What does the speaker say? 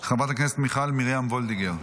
חבר הכנסת מיכל מרים וולדיגר,